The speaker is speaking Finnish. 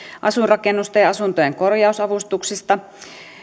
asuinrakennusten ja asuntojen korjausavustuksista